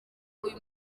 uyu